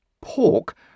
pork